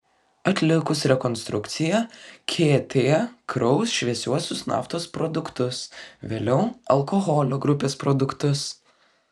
atlikus rekonstrukciją kt kraus šviesiuosius naftos produktus vėliau alkoholio grupės produktus